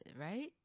right